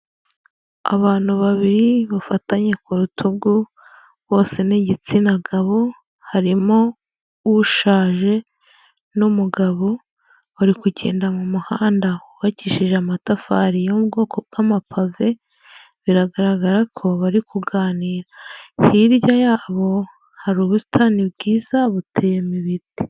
Abantu babiri bafatanye ku rutugu bose n'igitsina gabo, harimo ushaje n'umugabo, bari kugenda mu muhanda wubakishije amatafari yo mu bwoko bw'amapave, biragaragara ko bari kuganira, hirya yabo hari ubusitani bwiza buteyemo ibiti.